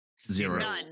Zero